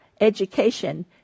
Education